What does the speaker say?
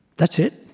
that's it?